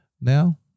Now